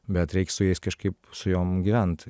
bet reik su jais kažkaip su jom gyvent